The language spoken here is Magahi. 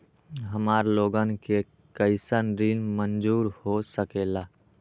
हमार लोगन के कइसन ऋण मंजूर हो सकेला?